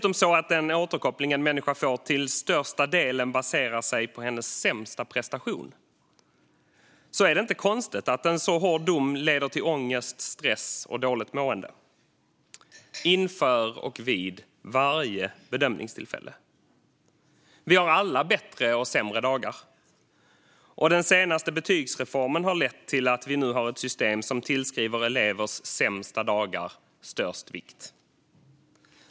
Om den återkoppling en människa får dessutom till största delen baserar sig på hennes sämsta prestation är det inte konstigt att en sådan hård dom leder till ångest, stress och dåligt mående inför och vid varje bedömningstillfälle. Vi har alla bättre och sämre dagar. Den senaste betygsreformen har lett till att vi nu har ett system som tillskriver elevers sämsta dagar störst vikt.